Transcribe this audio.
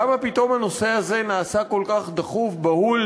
למה פתאום הנושא הזה נעשה כל כך דחוף ובהול